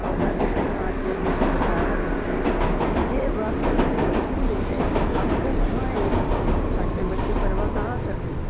اور دادی کا ہاتھ جلتے سے بچایا اس نے تو یہ واقعہ جو دل کو چھو لیتا ہے آج کل کہاں ہے یہ سب آج کل بچے پرواہ کہاں کرتے ہیں